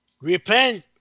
Repent